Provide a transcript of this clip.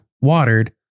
watered